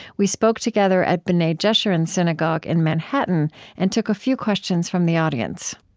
we spoke together at b'nai jeshurun synagogue in manhattan and took a few questions from the audience